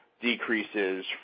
decreases